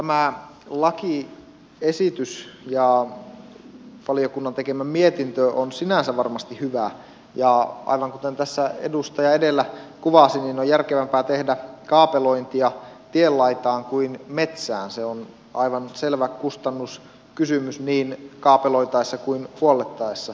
tämä lakiesitys ja valiokunnan tekemä mietintö on sinänsä varmasti hyvä ja aivan kuten edustaja edellä kuvasi on järkevämpää tehdä kaapelointia tienlaitaan kuin metsään se on aivan selvä kustannuskysymys niin kaapeloitaessa kuin huollettaessa